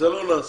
זה לא נעשה.